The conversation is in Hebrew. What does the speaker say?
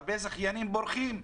הרבה זכיינים בורחים,